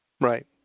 Right